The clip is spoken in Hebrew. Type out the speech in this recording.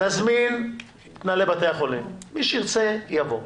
נזמין את מנהלי בתי-החולים, מי שירצה יבוא.